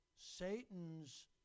Satan's